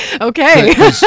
Okay